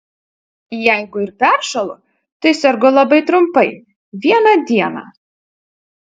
jeigu ir peršąlu tai sergu labai trumpai vieną dieną